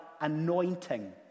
anointing